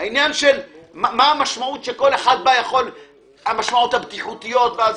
העניין של מה המשמעות הבטיחותית וכו'.